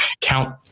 count